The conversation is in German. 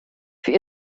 für